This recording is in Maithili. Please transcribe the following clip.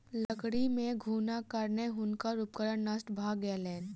लकड़ी मे घुनक कारणेँ हुनकर उपकरण नष्ट भ गेलैन